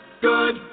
good